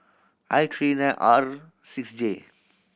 I three nine R six J